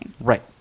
right